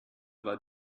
war